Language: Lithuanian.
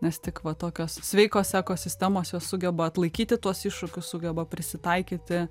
nes tik va tokios sveikos ekosistemos jos sugeba atlaikyti tuos iššūkius sugeba prisitaikyti